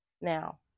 Now